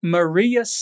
Maria